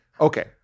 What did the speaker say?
okay